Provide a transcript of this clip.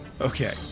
Okay